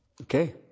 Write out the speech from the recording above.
Okay